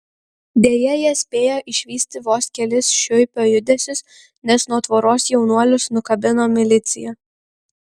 deja jie spėjo išvysti vos kelis šiuipio judesius nes nuo tvoros jaunuolius nukabino milicija